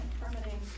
permitting